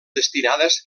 destinades